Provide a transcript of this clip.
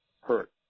hurt